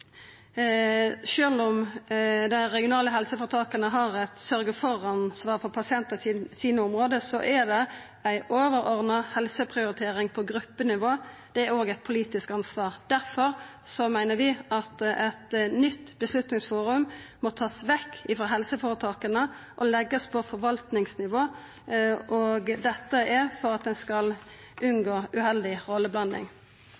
om dei regionale helseføretaka har eit sørgja-for-ansvar for pasientane i sitt område, er det ei overordna helseprioritering på gruppenivå. Det er òg eit politisk ansvar. Difor meiner vi at eit nytt beslutningsforum må takast vekk frå helseføretaka og leggjast på forvaltningsnivå. Det er for at ein skal